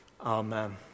amen